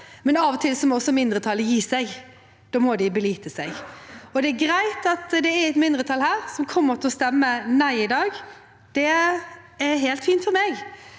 men av og til må også mindretallet gi seg. Da må de belite seg. Det er greit at det er et mindretall her som kommer til å stemme nei i dag. Det er helt fint for meg,